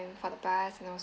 for the bus and